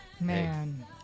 Man